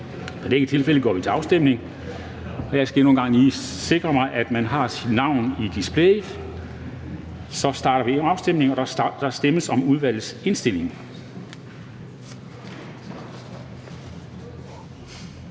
(Henrik Dam Kristensen): Jeg skal endnu en gang lige sikre mig, at man har sit navn i displayet. Så starter vi afstemningen, og der stemmes om udvalgets indstilling.